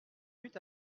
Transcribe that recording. but